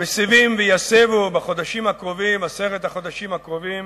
המסב ויסב בעשרת החודשים הקרובים